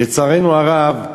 לצערנו הרב,